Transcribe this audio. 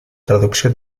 traducció